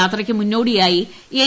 യാത്രയ്ക്ക് മുന്നോടിയായി എൻ